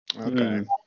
Okay